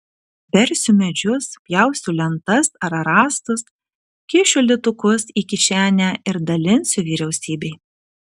versiu medžius pjausiu lentas ar rąstus kišiu litukus į kišenę ir dalinsiu vyriausybei